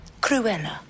Cruella